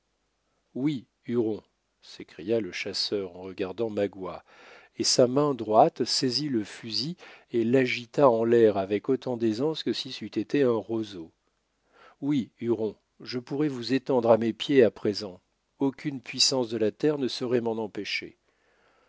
oui huron s'écria le chasseur en regardant magua et sa main droite saisit le fusil et l'agita en l'air avec autant d'aisance que si c'eût été un roseau oui huron je pourrais vous étendre à mes pieds à présent aucune puissance de la terre ne saurait m'en empêcher